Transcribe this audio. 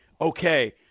okay